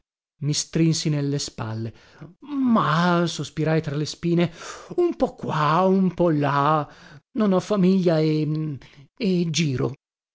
i strinsi ne le spalle mah sospirai tra le spine un po qua un po là non ho famiglia e e giro